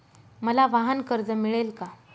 मला वाहनकर्ज मिळेल का?